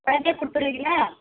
உடனே கொடுத்துருவிங்களா